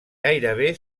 gairebé